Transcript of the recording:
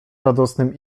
radosnym